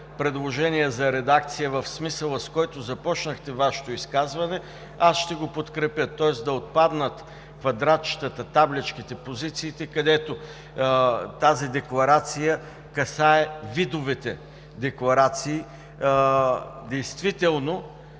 предложение за редакция в смисъла, с който започнахте Вашето изказване, аз ще го подкрепя – тоест да отпаднат квадратчетата, табличките, позициите, където тази декларация касае видовете декларации. Действително